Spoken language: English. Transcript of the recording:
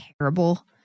terrible